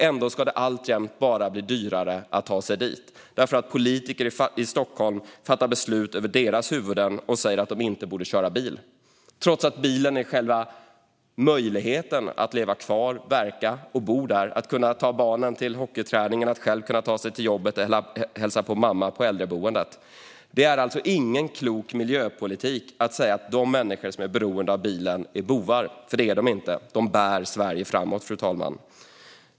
Ändå ska det alltjämt bara bli dyrare att ta sig dit, därför att politiker i Stockholm fattar beslut över människors huvuden och säger att de inte borde köra bil, trots att bilen är själva möjligheten att leva kvar, verka och bo där, att kunna ta barnen till hockeyträningen och själv kunna ta sig till jobbet eller hälsa på mamma på äldreboendet. Det är ingen klok miljöpolitik att säga att de människor som är beroende av bilen är bovar, för det är de inte. De bär Sverige framåt, fru talman.